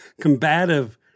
combative